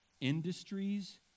industries